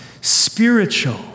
spiritual